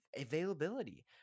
availability